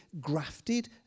grafted